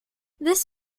this